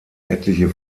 etliche